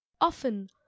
often